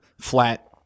flat